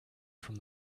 from